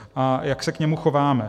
A jak se k němu chováme?